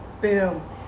boom